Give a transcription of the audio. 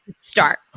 Start